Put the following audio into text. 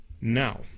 Now